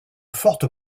forte